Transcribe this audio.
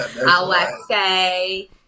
Alexei